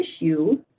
issue